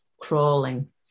crawling